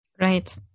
Right